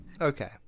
Okay